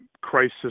crisis